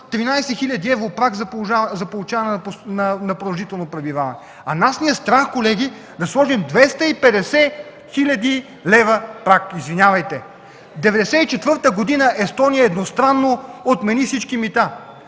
13 хил. евро праг за получаване на продължително пребиваване. Нас ни е страх, колеги, да сложим 250 хил. лв. праг. Извинявайте. В 1994 г. Естония едностранно отмени всички мита.